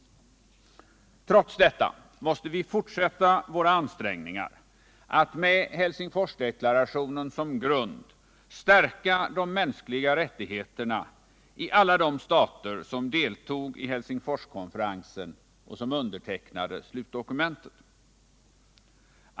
Trots detta måste vi fortsätta våra ansträngningar att med Helsingforsdeklarationen som grund stärka de mänskliga rättigheterna i alla de stater som deltog i Helsingforskonferensen och som undertecknade slutdokumentet.